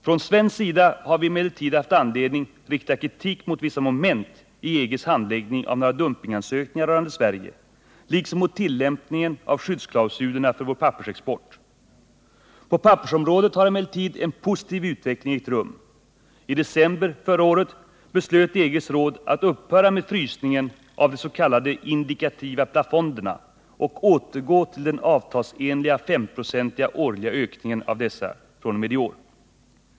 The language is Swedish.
Från svensk sida har vi emellertid haft anledning rikta kritik mot vissa moment i EG:s handläggning av några dumpingansökningar rörande Sverige liksom mot tillämpningen av skyddsklausulerna för vår pappersexport. På pappersområdet har emellertid en positiv utveckling ägt rum. I december 1978 beslöt EG:s råd att upphöra med ”frysningen” av de s.k. indikativa plafonderna och återgå till den avtalsenliga femprocentiga årliga ökningen av dessa fr.o.m. i år.